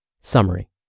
Summary